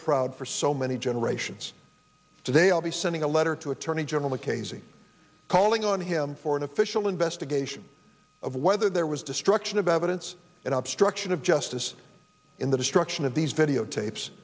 proud for so many generations today i'll be sending a letter to attorney general casey calling on him for an official investigation of whether there was destruction of evidence and abstraction of justice in the destruction of these videotapes